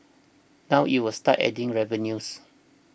now it will start adding revenues